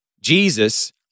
Jesus